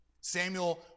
Samuel